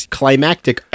climactic